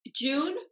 june